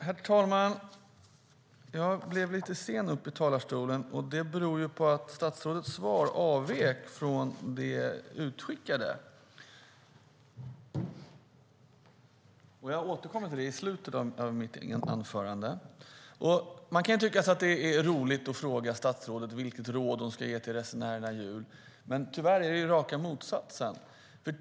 Herr talman! Statsrådets svar avvek från det utskickade svaret. Jag återkommer till det i slutet av mitt anförande. Man kan tycka att det är roligt att fråga statsrådet vilket råd hon ska ge till resenärerna i jul. Tyvärr är det raka motsatsen.